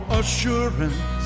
assurance